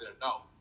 no